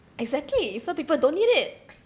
exactly so people don't need it